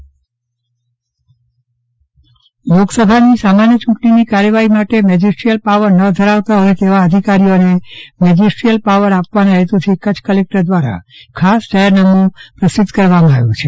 Chandravadan Pattani magisterial power લોકસભાની સામાન્ય ચૂંટણીની કાર્યવાહી માટે મેજીસ્ટેરીયલ પાવર ન ધરાવતા હોય તેવા અધિકારીઓને મેજીસ્ટેરીયલ પાવર આપવાના હેતુથી કચ્છ કલેક્ટર દ્વારા ખાસ જાહેરાનામુ પ્રસિદ્ધ કરવામાં આવ્યું છે